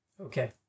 Okay